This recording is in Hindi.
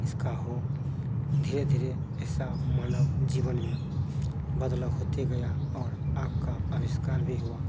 इसका हो धीरे धीरे ऐसे मानव जीवन में बदलाव होते गया और आग का अविष्कार भी हुआ